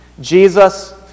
Jesus